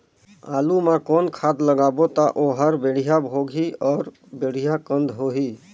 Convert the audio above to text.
आलू मा कौन खाद लगाबो ता ओहार बेडिया भोगही अउ बेडिया कन्द होही?